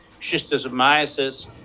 schistosomiasis